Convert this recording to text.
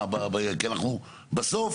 בסוף